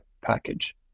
package